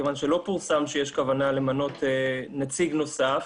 מכיוון שלא פורסם שיש כוונה למנות נציג נוסף.